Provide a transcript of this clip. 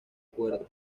cuerda